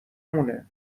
مونه